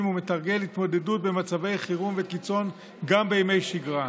ומתרגל התמודדות במצבי חירום וקיצון גם בימי שגרה.